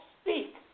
speak